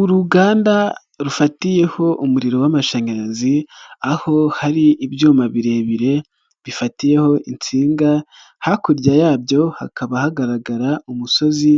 Uruganda rufatiyeho umuriro w'amashanyarazi aho hari ibyuma birebire bifatiyeho insinga, hakurya yabyo hakaba hagaragara umusozi